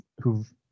who've